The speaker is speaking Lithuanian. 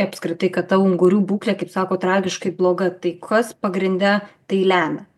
apskritai kad ta ungurių būklė kaip sakot tragiškai bloga tai kas pagrinde tai lemia